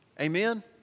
Amen